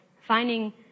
finding